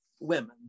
women